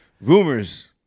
Rumors